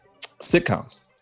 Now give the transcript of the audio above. sitcoms